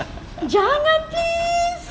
jangan please